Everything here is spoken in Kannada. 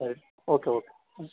ಸರಿ ಓಕೆ ಓಕೆ ಹ್ಞೂ